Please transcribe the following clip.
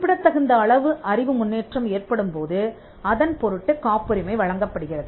குறிப்பிடத்தகுந்த அளவு அறிவு முன்னேற்றம் ஏற்படும்போது அதன்பொருட்டு காப்புரிமை வழங்கப்படுகிறது